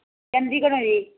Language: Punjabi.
ਚੰਡੀਗੜੋਂ ਜੀ